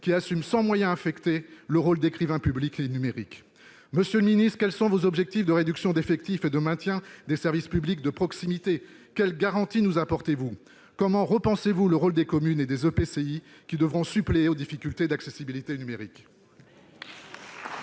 assument, sans moyens affectés, le rôle d'écrivain public et numérique. Monsieur le ministre, quels sont vos objectifs de réduction d'effectifs et de maintien des services publics de proximité ? Quelles garanties nous apportez-vous ? Comment repensez-vous le rôle des communes et des EPCI, qui devront pallier les difficultés d'accessibilité numérique ?